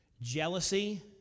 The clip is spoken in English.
Jealousy